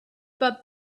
but